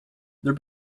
their